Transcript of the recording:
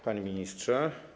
Panie Ministrze!